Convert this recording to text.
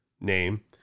name